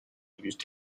used